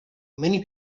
many